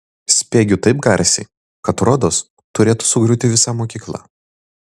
spiegiu taip garsiai kad rodos turėtų sugriūti visa mokykla